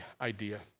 idea